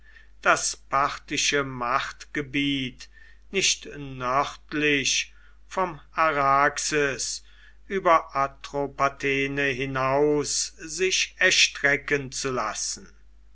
das parthische machtgebiet nicht nördlich vom araxes über atropatene hinaus sich erstrecken zu lassen